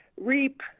reap